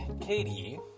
Katie